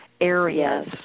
areas